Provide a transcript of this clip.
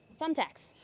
thumbtacks